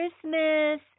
christmas